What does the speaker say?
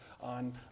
on